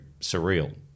surreal